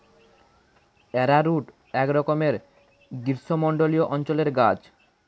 arrowroot একরকমের গ্রীষ্মমণ্ডলীয় অঞ্চলের গাছ